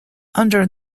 under